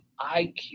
IQ